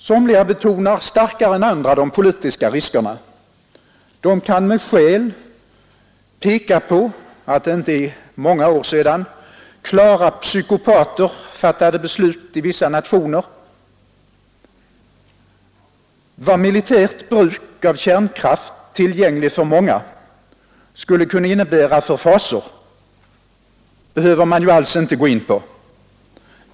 Somliga betonar starkare än andra de politiska riskerna. De kan med skäl peka på att det inte är många år sedan klara psykopater fattade besluten i vissa nationer; vad militärt bruk av kärnkraft, tillgänglig för många, skulle kunna innebära för fasor behöver man inte gå in på.